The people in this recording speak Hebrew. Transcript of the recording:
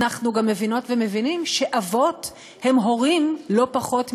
אנחנו גם מבינות ומבינים שאבות הם הורים לא פחות מאימהות.